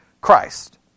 Christ